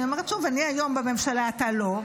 אני אומרת שוב: אני היום בממשלה, אתה לא.